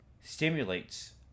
stimulates